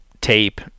tape